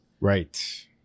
Right